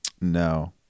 No